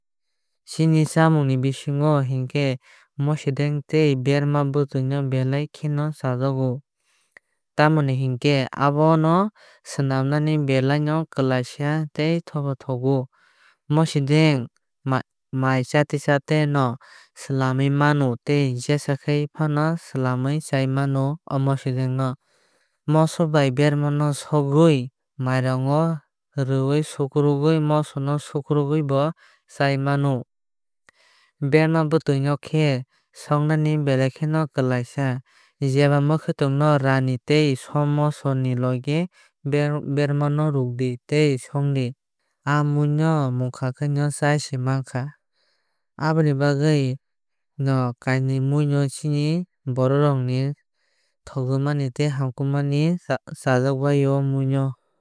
Chini chamung ni bisingo hinkhe mosideng tei berama bwtui no belai no chajago. Tamoni hinkhe abono swnam nani belai no kwlaisa tei thobu thogu. Mosideng mai chate chate no swlamwi mano tei jesakhe fano swlamwi mano o mosideng no. Moso bai berema no swgwui mairango no sukrubwi chai mano. Berema bwtui no song nani belai no kwlaisa. Jeba mwkhutwng no rani tei sam moso ni logi berema no rudi and tei songdi. A mui munkhai no chaui se mankha. Aboni bagwi no o kainwi mui no chini borok rok ni thogjakbaimani tei hamkukmani chaajakbai o o mui no.